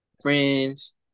Friends